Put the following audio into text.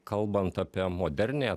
kalbant apie moderniąją